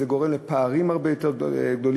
זה גורם לפערים הרבה יותר גדולים,